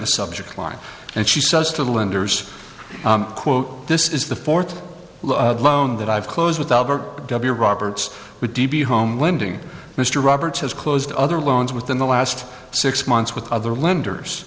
a subject line and she says to the lenders quote this is the fourth loan that i've closed with albert with be home lending mr roberts has closed other loans within the last six months with other lenders